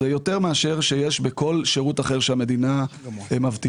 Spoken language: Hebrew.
זה יותר מאשר יש בכל שירות אחר שהמדינה מבטיחה.